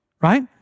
Right